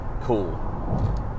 Cool